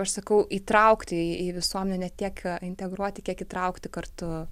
aš sakau įtraukti į visuomenę ne tiek integruoti kiek įtraukti kartu